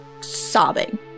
sobbing